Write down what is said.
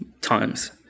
times